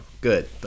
good